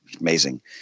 amazing